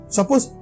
Suppose